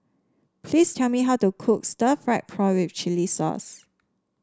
please tell me how to cook Stir Fried with Chili Sauce